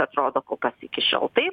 atrodo kol kas iki šiol taip